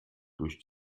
durch